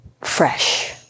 fresh